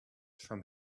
from